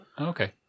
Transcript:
Okay